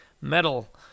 metal